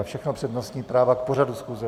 Všechno přednostní práva k pořadu schůze.